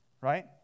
right